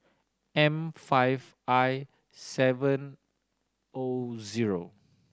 M five I seven O zero